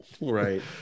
Right